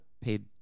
paid